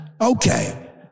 Okay